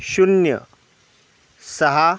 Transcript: शून्य सहा